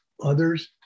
others